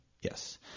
Yes